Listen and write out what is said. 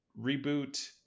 reboot